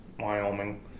wyoming